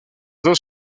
dos